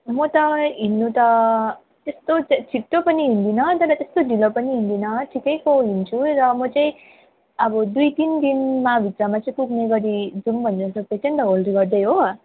म त हिँड्नु त त्यस्तो छिटो पनि हिँड्दिनँ तर त्यस्तो ढिलो पनि हिँड्दिनँ ठिकैको हिँड्छु नि र म चाहिँ अब दुई तिन दिनमा भित्रमा चाहिँ पुग्ने गरी जाऊँ भनेर सोचेको नि त होल्ड गर्दै हो